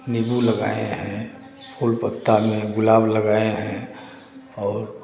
नीबू लगाएँ हैं फूल पत्ता भी है गुलाब लगाएँ हैं और